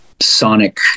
sonic